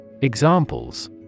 Examples